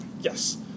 Yes